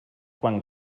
quan